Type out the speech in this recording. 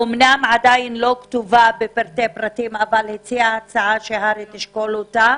אומנם עדיין לא מפורטת וכתובה אבל הציעה הצעה שהר"י תשקול אותה,